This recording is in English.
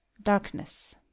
darkness